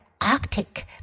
Arctic